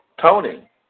Tony